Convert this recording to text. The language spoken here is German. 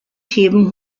theben